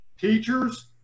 teachers